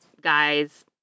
guy's